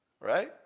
right